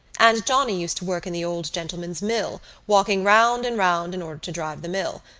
and johnny used to work in the old gentleman's mill, walking round and round in order to drive the mill.